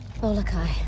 Bolokai